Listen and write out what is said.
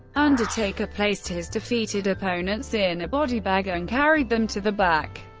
undertaker placed his defeated opponents in a bodybag and carried them to the back.